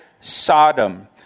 Sodom